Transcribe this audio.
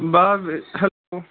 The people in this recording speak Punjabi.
ਬਾ ਵੀਰ ਹੈਲੋ